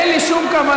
היא אמרה לי שאת